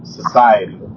society